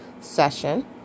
session